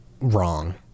wrong